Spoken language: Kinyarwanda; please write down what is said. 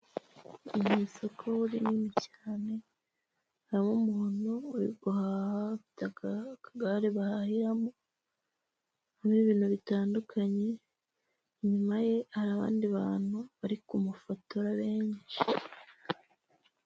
Ni isoko uriini cyane, harimo umuntu uri guhaha ufite akagare bahahiramo, harimo ibintu bitandukanye, inyuma ye hari abandi bantu bari kumufotora benshi.